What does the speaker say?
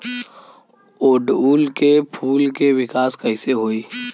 ओड़ुउल के फूल के विकास कैसे होई?